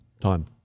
time